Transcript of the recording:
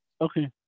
okay